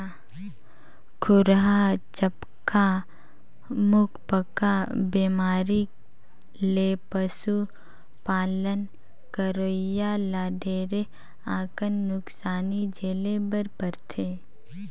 खुरहा चपका, मुहंपका बेमारी ले पसु पालन करोइया ल ढेरे अकन नुकसानी झेले बर परथे